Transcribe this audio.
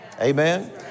Amen